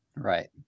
Right